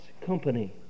company